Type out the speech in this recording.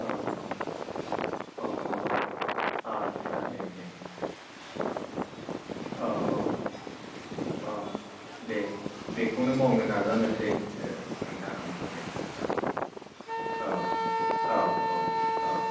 औ औ औ औ औ आच्चा दे दे औ औ औ औ दे बेखौनो मावनो नाजानोसै ओन्थां आंबो दे औ औ औ औ औ